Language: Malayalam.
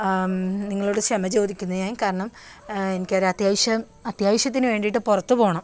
നിങ്ങളോട് ക്ഷമ ചോദിക്കുന്നു ഞാൻ കാരണം എനിക്കൊരു അത്യാവശ്യം അത്യാവശ്യത്തിന് വേണ്ടിട്ട് പുറത്ത് പോകണം